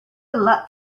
luck